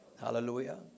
Hallelujah